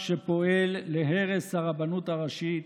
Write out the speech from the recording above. הצעה ראשונה: